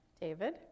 David